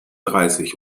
dreißig